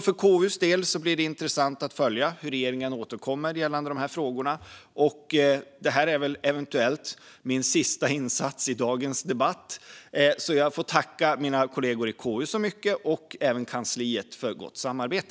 För KU:s del blir det intressant att följa hur regeringen återkommer gällande de här frågorna. Det här är eventuellt min sista insats i dagens debatt, så jag får tacka mina kollegor i KU så mycket och även kansliet för gott samarbete.